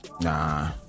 Nah